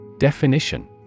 Definition